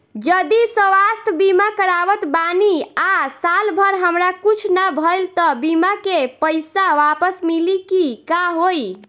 जदि स्वास्थ्य बीमा करावत बानी आ साल भर हमरा कुछ ना भइल त बीमा के पईसा वापस मिली की का होई?